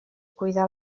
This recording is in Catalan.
cuidar